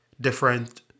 different